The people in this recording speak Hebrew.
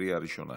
לקריאה ראשונה.